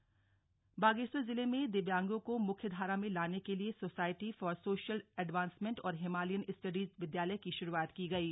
दिव्यांग स्कूल बागेश्वर जिले में दिव्यांगों को मुख्य धारा में लाने के लिए सोसायटी फॉर सोशियल एडवांसमेंट और हिमालयन स्टडीज विद्यालय की शुरूआत की गई है